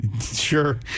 Sure